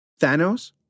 Thanos